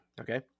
Okay